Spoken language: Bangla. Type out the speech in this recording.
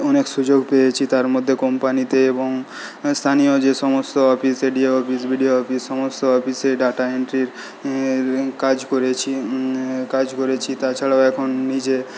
অনেক সুযোগ পেয়েছি তার মধ্যে কোম্পানিতে এবং স্থানীয় যে সমস্ত office D O office BDO office সমস্ত অফিসে ডাটা এন্ট্রির কাজ করেছি কাজ করেছি তাছাড়াও এখন নিজের